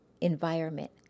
environment